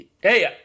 hey